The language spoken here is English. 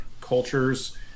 cultures